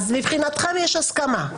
אז מבחינתכם יש הסכמה?